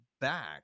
back